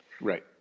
Right